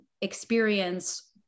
experience